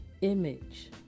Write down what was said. Image